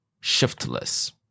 Shiftless